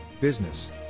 Business